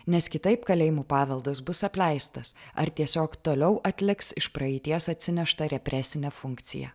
nes kitaip kalėjimų paveldas bus apleistas ar tiesiog toliau atliks iš praeities atsineštą represinę funkciją